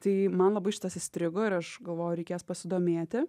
tai man labai šitas įstrigo ir aš galvoju reikės pasidomėti